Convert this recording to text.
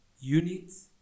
Units